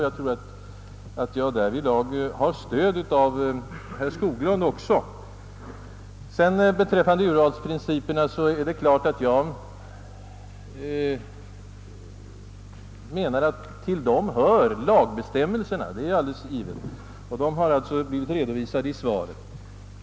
Jag tror att jag därvidlag har stöd även av herr Skoglund. Beträffande urvalsprinciperna är det klart att jag menar att till dem hör även lagbestämmelserna. Det är alldeles givet. De har blivit redovisade i svaret.